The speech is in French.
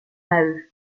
maheu